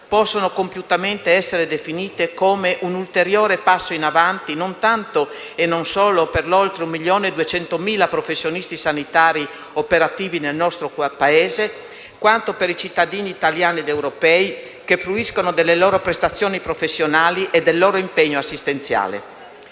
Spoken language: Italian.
possono compiutamente essere definite come un ulteriore passo in avanti non tanto e non solo per gli oltre 1,2 milioni di professionisti sanitari operativi nel nostro Paese, quanto per i cittadini italiani ed europei che fruiscono delle loro prestazioni professionali e del loro impegno assistenziale.